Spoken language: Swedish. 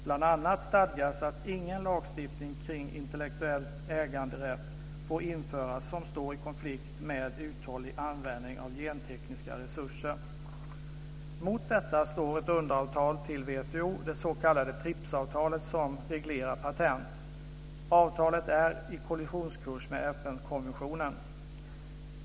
Bl.a. stadgas att ingen lagstiftning kring intellektuell äganderätt får införas som står i konflikt med uthållig användning av gentekniska resurser. Mot detta står ett underavtal till WTO, det s.k. TRIPS-avtalet som reglerar patent. Avtalet är på kollisionskurs med FN-konventionen.